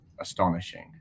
astonishing